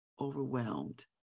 overwhelmed